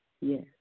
Yes